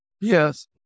Yes